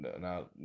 Now